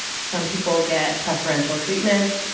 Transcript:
some people get preferential treatment,